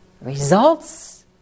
results